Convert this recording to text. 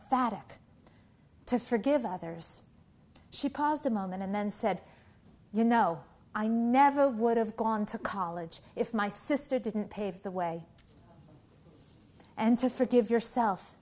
emphatic to forgive others she paused a moment and then said you know i never would have gone to college if my sister didn't pave the way and to forgive yourself